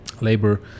labor